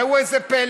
ראו זה פלא,